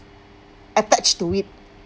attached to it